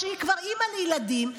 כשהיא כבר אימא לילדים,